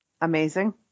amazing